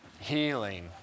healing